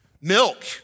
milk